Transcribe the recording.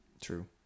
True